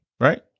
right